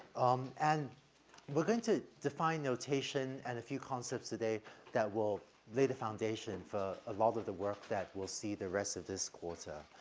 um, and we're going to define notation, and a few concepts today that will lay the foundation for a lot of the work that we'll see the rest of this quarter.